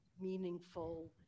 meaningful